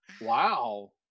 wow